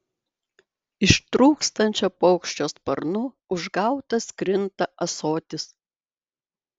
ištrūkstančio paukščio sparnu užgautas krinta ąsotis